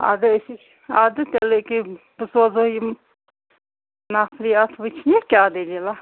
اَدٕ أسۍ ۂے چھِ اَدٕ تیٚلہِ یٔکیٛاہ بہٕ سوزَو یِم نفری اَتھ وُچھنہِ کیٛاہ دٔلیٖلا